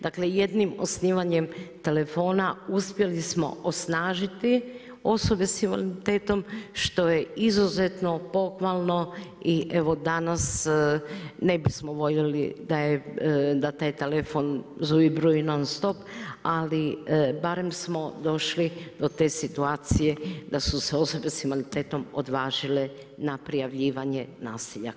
Dakle, jednim osnivanjem telefona uspjeli smo osnažiti osobe s invaliditetom što je izuzetno pohvalno i evo danas ne bi smo voljeli da taj telefon zuji, bruji non-stop ali barem smo došli do te situacije da su se osobe s invaliditetom odvažile na prijavljivanje nasilja.